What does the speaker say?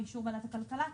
באישור ועדת הכלכלה,